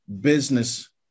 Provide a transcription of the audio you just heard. business